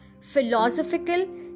philosophical